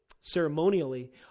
ceremonially